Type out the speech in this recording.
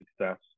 success